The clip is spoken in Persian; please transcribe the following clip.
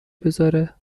بزاره